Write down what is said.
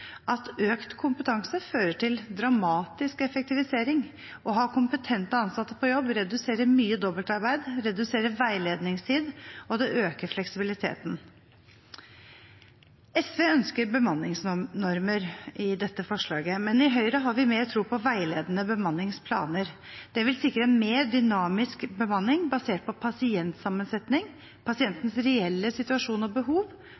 at økt kompetanse fører til dramatisk effektivisering. Å ha kompetente ansatte på jobb reduserer mye dobbeltarbeid, reduserer veiledningstid og øker fleksibiliteten. SV ønsker bemanningsnormer i dette forslaget, men i Høyre har vi mer tro på veiledende bemanningsplaner. Det vil sikre en mer dynamisk bemanning basert på pasientsammensetning, pasientenes reelle situasjon og behov,